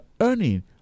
earning